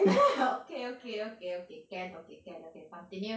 okay okay okay okay can okay can okay continue